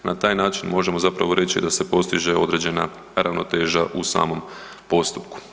Na taj način možemo zapravo reći da se postiže određena ravnoteža u samom postupku.